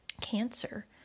cancer